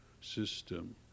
system